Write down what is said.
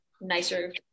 nicer